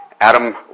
Adam